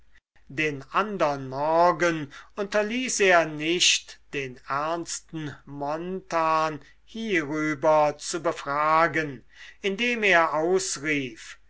den andern morgen unterließ er nicht den ernsten montan hierüber zu befragen indem er ausrief